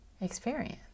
experience